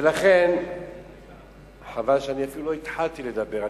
ולכן, חבל, אני אפילו לא התחלתי לדבר.